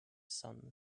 sun